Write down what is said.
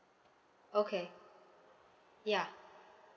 okay ya